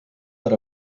per